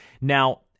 Now